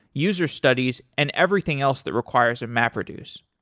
user studies and everything else that requires a mapreduce.